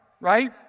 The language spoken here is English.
right